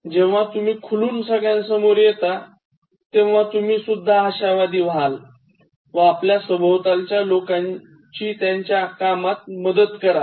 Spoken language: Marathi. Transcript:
जेव्हा तुम्ही खुलून सगळ्यांसमोर येता तेव्हा तुम्ही सुद्धा आशावादी व्हाल व आपल्या सोभवतालच्या लोकांची त्यांच्या कामात मदत कराल